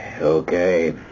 Okay